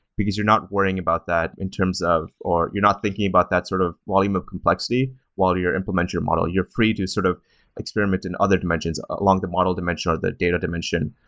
because you're not worrying about that in terms of or you're not thinking about that sort of volume of complexity while you're implementing your model. you're free to sort of experiment in other dimensions, along the model dimension, or the data dimension,